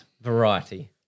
Variety